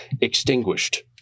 extinguished